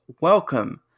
Welcome